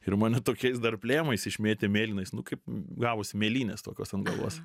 ir mane tokiais dar plėmais išmėtė mėlynais nu kaip gavus mėlynės tokios ant galvos